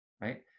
right